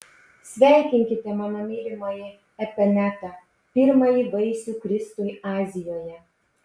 sveikinkite mano mylimąjį epenetą pirmąjį vaisių kristui azijoje